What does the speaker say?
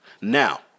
Now